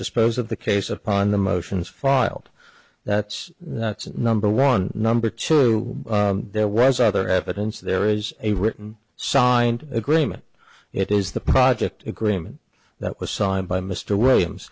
dispose of the case upon the motions filed that's that's number one number two there was other evidence there is a written signed agreement it is the project agreement that was signed by mr williams